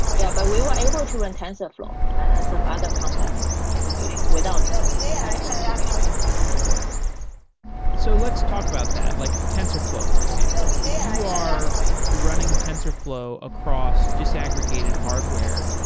yeah, but we were able to run tensorflow and some other complex application without any modification of their binaries. so let' talk about that, like tensorflow, for example. if you are running tensorflow across disaggregated hardware,